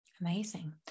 amazing